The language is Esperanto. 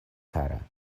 kara